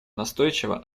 настойчиво